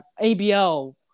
ABL